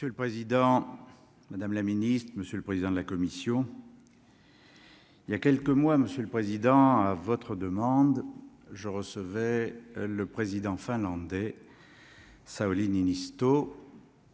Monsieur le Président, Madame la Ministre, Monsieur le président de la commission. Il y a quelques mois, Monsieur le Président, à votre demande, je recevais le président finlandais Sauli Niinisto.